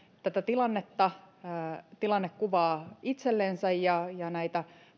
tätä tilannekuvaa itsellensä ja kuunnella näitä